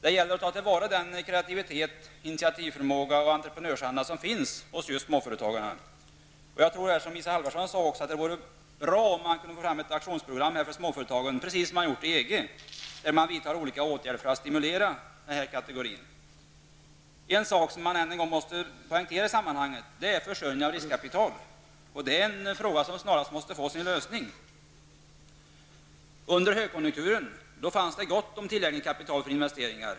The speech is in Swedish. Det gäller att ta till vara den kreativitet, initiativförmåga och entreprenörsanda som finns hos småföretagarna. Jag tror liksom Isa Halvarsson att det vore bra om man kunde få fram ett aktionsprogram för småföretagen, precis som man har gjort i EG, där man vidtar olika åtgärder för att stimulera den kategorin av företag. En sak som än en gång måste poängteras i sammanhanget är försörjningen med riskkapital. Det är en fråga som snarast måste få sin lösning. Under högkonjunkturen fanns det gott om tillgängligt kapital för investeringar.